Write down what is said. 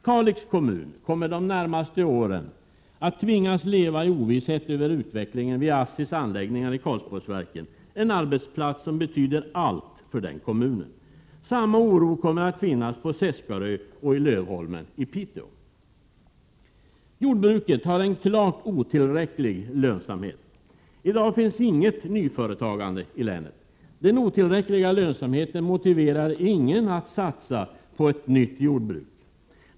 Kalix kommun kommer de närmaste åren att tvingas leva i ovisshet om utvecklingen vid ASSI:s anläggningar i Karlsborgsverken — en arbetsplats som betyder allt för den kommunen. Samma oro kommer att finnas på Sesskarö och i Lövholmen i Piteå. Jordbruket har en klart otillräcklig lönsamhet. I dag finns inget nyföretagande i länet. Den otillräckliga lönsamheten motiverar inte någon att satsa på ett nytt jordbruk.